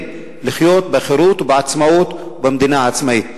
לחיות בחירות ובעצמאות במדינה עצמאית.